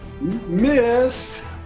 Miss